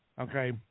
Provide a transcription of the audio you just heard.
Okay